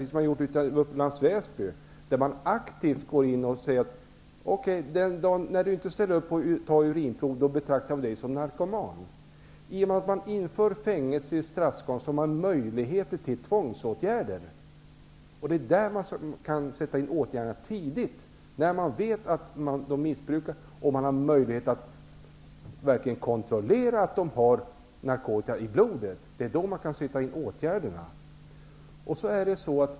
I Upplands Väsby går man in aktivt och säger: Ställer du inte upp på att ta ett urinprov, då betraktar vi dig som narkoman. I och med att vi inför fängelsestraff i straffskalan får man möjligheter till tvångsåtgärder. Då kan man sätta in åtgärderna tidigt när man vet att personerna missbrukar, eftersom man får möjlighet att verkligen kontrollera om de har narkotika i blodet. Det är då man kan sätta in åtgärderna.